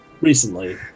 recently